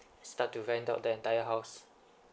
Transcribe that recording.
start to rent out the entire house